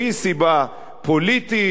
שהיא סיבה פוליטית,